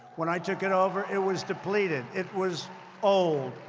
when i took it over, it was depleted. it was old.